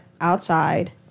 outside